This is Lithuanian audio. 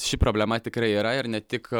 ši problema tikrai yra ir ne tik